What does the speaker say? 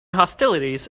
hostilities